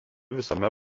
visame